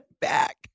back